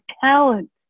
talent